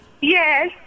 Yes